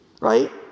Right